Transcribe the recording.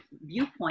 viewpoint